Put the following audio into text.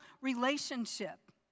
relationship